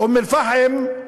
אום-אלפחם.